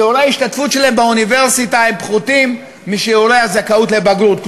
שיעורי ההשתתפות שלהם באוניברסיטה הם פחותים משיעורי הזכאות לבגרות.